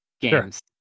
games